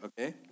okay